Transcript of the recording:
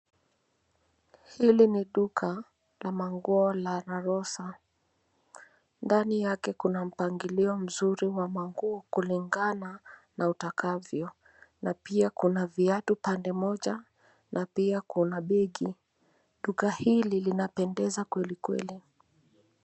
Hili ni duka, la manguo la La Rosa. Ndani yake kuna mpangilio mzuri wa manguo kulingana, na utakavyo. Na pia kuna viatu pande moja, na pia kuna begi . Duka hili linapendeza kweli kweli.